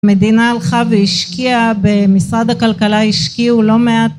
מדינה הלכה והשקיעה ומשרד הכלכלה השקיעו לא מעט